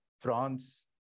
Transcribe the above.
France